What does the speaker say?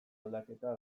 aldaketa